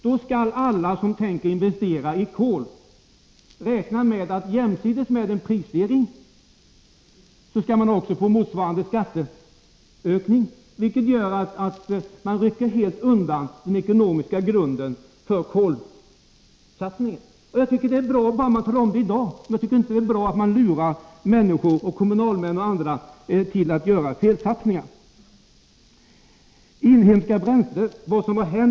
Då skall alla som tänker investera i kol räkna med att man jämsides med en prisstegring skall få motsvarande skatteökning, vilket gör att den ekonomiska grunden för kolsatsningen helt rycks undan. Det är bra om energiministern kan tala om det i dag, för jag tycker att det är fel om man lurar kommunalmän och andra till att göra investeringar på felaktiga grunder. Sedan till inhemska bränslen.